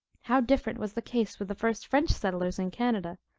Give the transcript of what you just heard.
how different was the case with the first french settlers in canada!